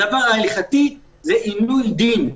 הדבר ההלכתי זה עינוי דין,